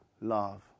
love